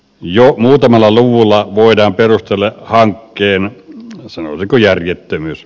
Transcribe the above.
jo muutamalla luvulla voidaan perustella hankkeen sanoisiko järjettömyys